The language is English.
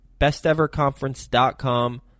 besteverconference.com